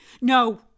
No